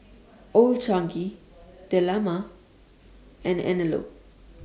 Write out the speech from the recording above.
Old Chang Kee Dilmah and Anello